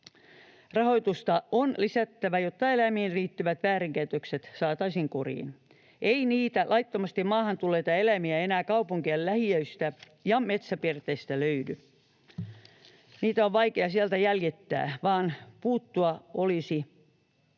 rahoitusta on lisättävä, jotta eläimiin liittyvät väärinkäytökset saataisiin kuriin. Ei niitä laittomasti maahan tulleita eläimiä enää kaupunkien lähiöistä ja metsäpirteistä löydä. Sieltä niitä on vaikea jäljittää, joten olisi